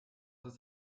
ist